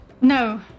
No